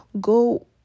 go